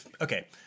Okay